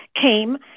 came